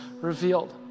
revealed